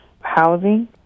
housing